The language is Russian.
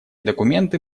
документы